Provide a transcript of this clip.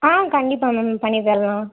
ஆ கண்டிப்பாக மேம் பண்ணித்தரலாம்